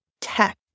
tech